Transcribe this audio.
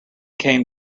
came